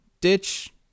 ditch